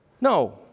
No